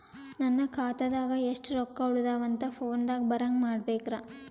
ನನ್ನ ಖಾತಾದಾಗ ಎಷ್ಟ ರೊಕ್ಕ ಉಳದಾವ ಅಂತ ಫೋನ ದಾಗ ಬರಂಗ ಮಾಡ ಬೇಕ್ರಾ?